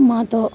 మాతో